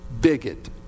bigot